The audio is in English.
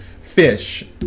Fish